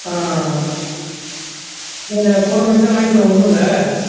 ஆ ஆ ஆ இல்லைங்கய்யா கோரமண்டலே வாங்கிலாம் ஒன்றும் இல்லை